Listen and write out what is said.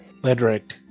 Ledric